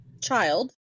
child